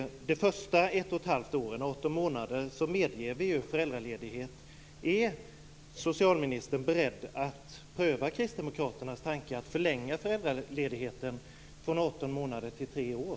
De första 18 månaderna medger vi ju föräldraledighet. månader till 3 år?